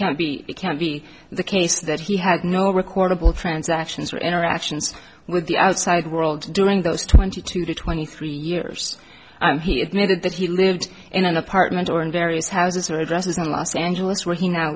can't be it can't be the case that he had no recordable transactions or interactions with the outside world during those twenty two twenty three years and he admitted that he lived in an apartment or in various houses or addresses in los angeles where he now